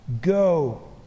go